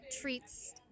treats